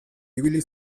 ibili